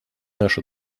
наша